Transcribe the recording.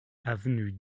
avenue